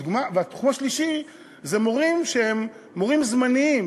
התחום השלישי זה מורים שהם מורים זמניים,